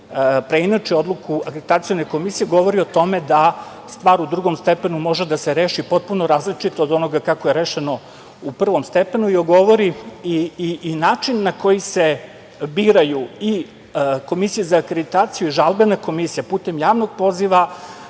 preinači odluku akredaticione komisije, govori o tome da stvar u drugom stepenu može da se reši potpuno različito od onoga kako je rešeno u prvom stepenu. To govori i način na koji se biraju i komisija za akreditaciju i žalbena komisija, putem javnog poziva,